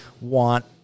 want